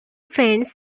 friends